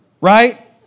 Right